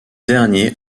dernier